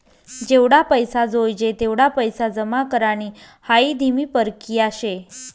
जेवढा पैसा जोयजे तेवढा पैसा जमा करानी हाई धीमी परकिया शे